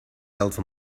else